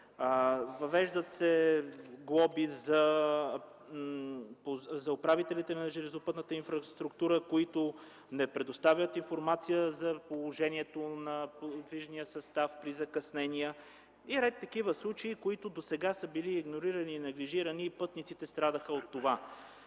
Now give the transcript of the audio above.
Въвеждат се глоби за управителите на железопътната инфраструктура, които не предоставят информация за разположението на подвижния състав и закъснения и редица такива случаи, които досега са били игнорирани и неглижирани и пътниците страдаха от това.